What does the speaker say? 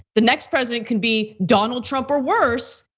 the next president can be donald trump, or worst,